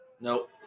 Nope